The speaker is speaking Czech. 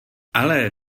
ale